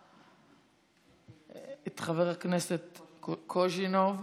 את חבר הכנסת קוז'ינוב,